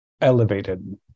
elevated